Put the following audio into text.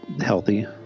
healthy